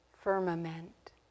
firmament